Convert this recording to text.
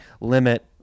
limit